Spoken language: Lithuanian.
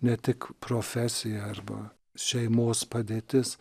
ne tik profesija arba šeimos padėtis